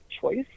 choice